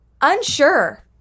Unsure